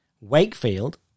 Wakefield